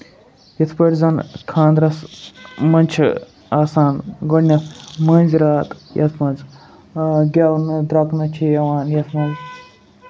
یِتھ پٲٹھۍ زَن خاندرَس منٛز چھُ آسان گۄڈٕنیتھ مٲنزِ راتھ یتھ منٛز گیونہٕ درٛوٚکنہٕ چھ یِوان یَتھ منٛز